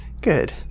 good